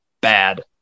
bad